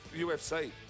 UFC